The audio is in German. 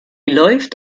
läuft